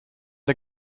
der